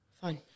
Fine